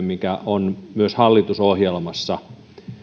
mikä on myös hallitusohjelmassa